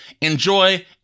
Enjoy